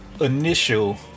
initial